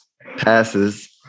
passes